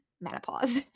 menopause